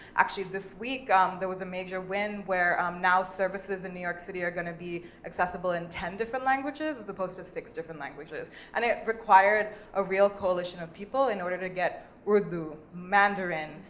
actually this week um there was a major win, where now services in new york city are gonna be accessible in ten different languages, as opposed to six different languages, and it required a real coalition of people in order to get urdu, mandarin,